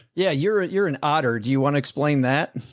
yeah. you're, you're an otter. do you want to explain that?